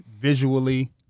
visually